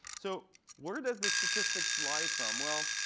so where does the statistics lie from? well,